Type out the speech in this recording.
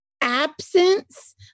absence